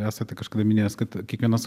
esate kažkada minėjęs kad kiekvienas